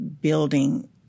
building